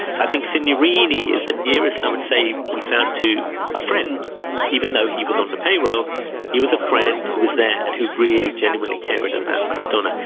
i think cindy rini is the near i would say we found to a friend even though he was on the payroll he was a friend. he was there and who really genuinely cared about but her donor.